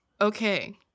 Okay